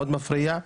מאוד מפריע,